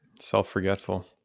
self-forgetful